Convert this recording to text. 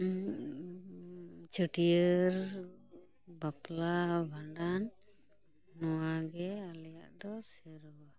ᱪᱷᱟᱹᱴᱭᱟᱹᱨ ᱵᱟᱯᱞᱟ ᱵᱷᱟᱸᱰᱟᱱ ᱱᱚᱶᱟ ᱜᱮ ᱟᱞᱮᱭᱟᱜ ᱫᱚ ᱥᱮᱨᱣᱟ